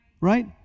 Right